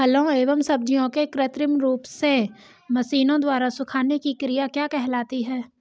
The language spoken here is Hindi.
फलों एवं सब्जियों के कृत्रिम रूप से मशीनों द्वारा सुखाने की क्रिया क्या कहलाती है?